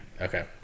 Okay